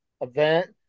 event